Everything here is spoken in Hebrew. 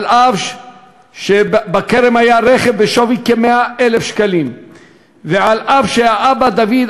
אף שבכרם היה רכב בשווי כ-100,000 שקלים ואף שהאב דוד,